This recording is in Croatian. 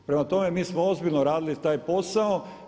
Prema tome, mi smo ozbiljno radili taj posao.